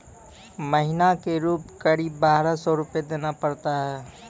महीना के रूप क़रीब बारह सौ रु देना पड़ता है?